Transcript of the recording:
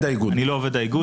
עובד האיגוד.